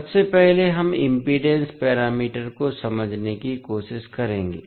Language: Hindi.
सबसे पहले हम इम्पीडेन्स पैरामीटर को समझने की कोशिश करेंगे